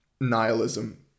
nihilism